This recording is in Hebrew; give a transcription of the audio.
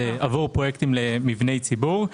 זה עבור פרויקטים למבני ציבור.